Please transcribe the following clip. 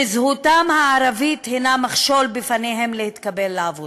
זהותם הערבית היא מכשול בפניהם לקבלה לעבודה.